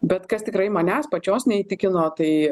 bet kas tikrai manęs pačios neįtikino tai